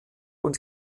und